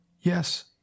Yes